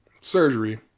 surgery